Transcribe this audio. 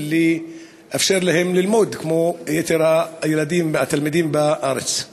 ולאפשר להם ללמוד כמו יתר התלמידים בארץ?